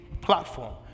platform